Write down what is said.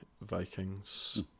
Vikings